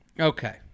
Okay